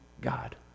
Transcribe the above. God